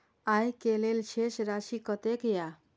आय के लेल शेष राशि कतेक या?